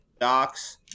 Doc's